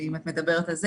אם את מדברת על זה